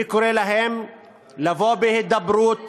אני קורא להם לבוא בהידברות